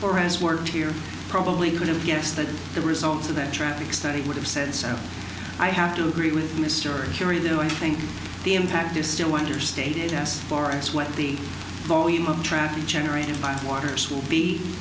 or has worked here probably could have guessed that the results of that traffic study would have said so i have to agree with mr kerry though i think the impact you still want your state as far as what the volume of traffic generated by waters will be